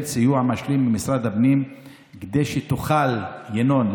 סיוע משלים ממשרד הפנים כדי שתוכל" ינון,